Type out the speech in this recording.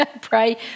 Pray